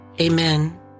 Amen